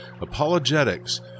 Apologetics